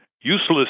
useless